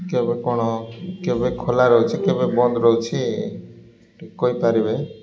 କେବେ କ'ଣ କେବେ ଖୋଲା ରହୁଛିି କେବେ ବନ୍ଦ ରହୁଛି କହିପାରିବେ